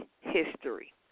history